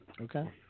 Okay